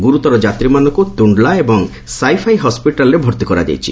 ଗୁରୁତର ଯାତ୍ରୀମାନଙ୍କୁ ତୁଣ୍ଡ୍ଲା ଏବଂ ସାଇଫାଇ ହସ୍କିଟାଲ୍ରେ ଭର୍ତ୍ତି କରାଯାଇଛି